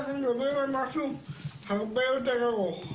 אנחנו מדברים על משהו הרבה יותר ארוך.